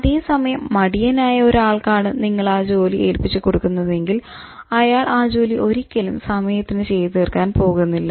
അതേസമയം മടിയനായ ഒരു ആൾക്കാണ് നിങ്ങൾ ആ ജോലി ഏല്പിച്ചു കൊടുക്കുന്നതെങ്കിൽ അയാൾ ആ ജോലി ഒരിക്കലും സമയത്തിന് ചെയ്ത് തീർക്കാൻ പോകുന്നില്ല